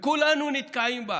וכולנו נתקעים בה,